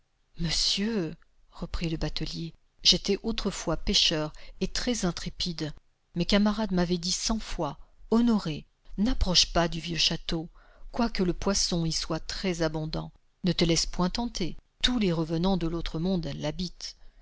monsieur reprit le batelier j'étais autrefois pêcheur et très intrépide mes camarades m'avaient dit cent fois honoré n'approche pas du vieux château quoique le poisson y soit très abondant ne te laisse point tenter tous les revenans de l'autre monde l'habitent